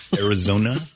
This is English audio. Arizona